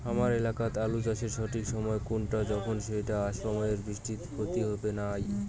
হামার এলাকাত আলু চাষের সঠিক সময় কুনটা যখন এইটা অসময়ের বৃষ্টিত ক্ষতি হবে নাই?